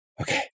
Okay